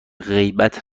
غیبت